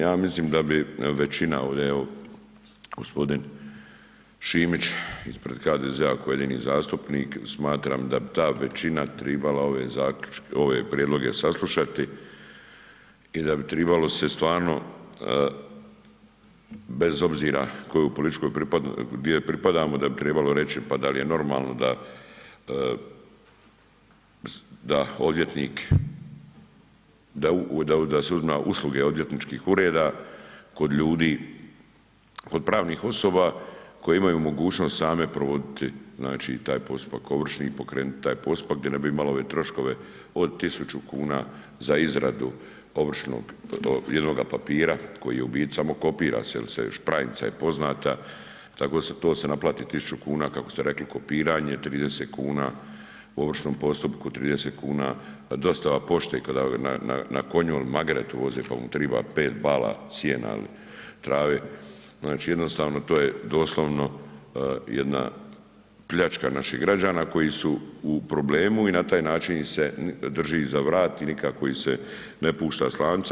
Ja mislim da bi većina ovde evo gospodin Šimić, ispred HDZ-a koji je jedini zastupnik, smatram da bi ta većina tribala ove prijedloge saslušati i da bi tribalo se stvarno bez obzira kojoj političkoj, gdje pripadamo da bi trebalo reći pa da li je normalno da odvjetnik, da se uzima usluge odvjetničkih ureda kod ljudi, kod pravnih osoba koje imaju mogućnost same provoditi znači taj postupak ovršni i pokrenut taj postupak, gdje ne bi imali ove troškove od 1.000 kuna za izradu ovršnog, jednoga papira koji je u biti samo kopira se jer se špranca je poznata, tako da se to naplati 1.000 kuna, kako ste rekli kopiranje 30 kuna u ovršnom postupku, 30 kuna dostava pošte kada na konju il magaretu voze pa but riba 5 bala sijena, trave, znači jednostavno to je doslovno jedna pljačka naših građana koji su u problemu i na taj način ih se drži za vrat i nikako ih se ne pušta s lanca.